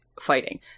fighting